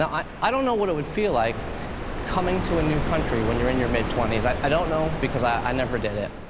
i i don't know what it would feel like coming to a new country when you're in your mid twenty s. i i don't know, because i never did it,